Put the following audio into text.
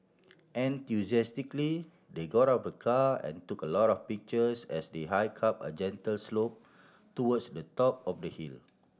enthusiastically they got out of the car and took a lot of pictures as they hike up a gentle slope towards the top of the hill